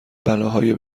بلاهای